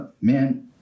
man